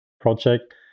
project